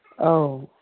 ꯑꯧ